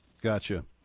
Gotcha